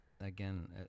again